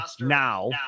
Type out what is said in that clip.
now